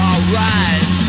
Alright